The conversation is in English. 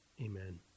Amen